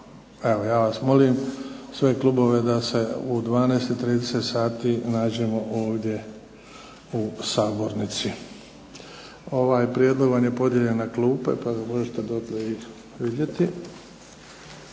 Evo, ja vas molim, sve klubove da se u 12,30 sati nađemo ovdje u sabornici. Ovaj prijedlog vam je podijeljen na klupe pa ga možete dotle i vidjeti.